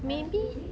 maybe